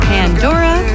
Pandora